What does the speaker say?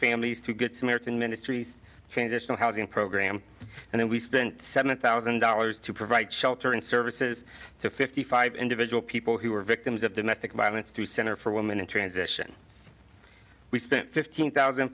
families through good samaritan ministries transitional housing program and then we spent seven thousand dollars to provide shelter and services to fifty five individual people who were victims of domestic violence to center for women in transition we spent fifteen thousand